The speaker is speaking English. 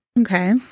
Okay